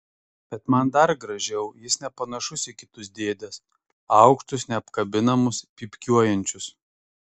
bet man dar gražiau jis nepanašus į kitus dėdes aukštus neapkabinamus pypkiuojančius